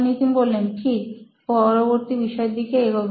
নিতিন ঠিক পরবর্তী বিষয়ের দিকে এগোবে